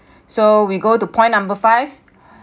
so we go to point number five